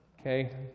Okay